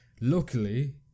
Luckily